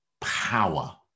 power